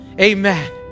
amen